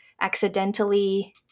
accidentally